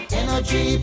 energy